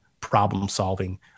problem-solving